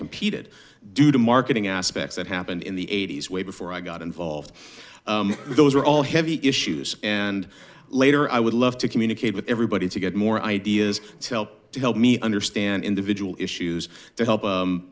competed due to marketing aspects that happened in the eighty's way before i got involved those are all heavy issues and later i would love to communicate with everybody to get more ideas to help me understand individual issues to help